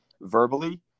verbally